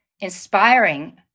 inspiring